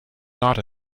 not